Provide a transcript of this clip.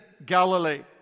Galilee